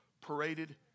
paraded